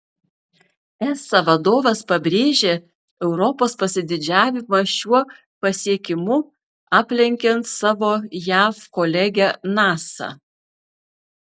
esa vadovas pabrėžė europos pasididžiavimą šiuo pasiekimu aplenkiant savo jav kolegę nasa